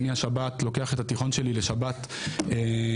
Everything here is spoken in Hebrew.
אני השבת לוקח את התיכון שלי לשבת לסמינריון,